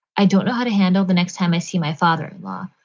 i don't know how to handle the next time i see my father in law.